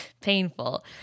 painful